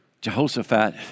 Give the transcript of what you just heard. Jehoshaphat